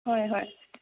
হয় হয়